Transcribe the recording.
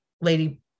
lady